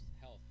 health